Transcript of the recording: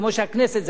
כמו שהכנסת,